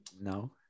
No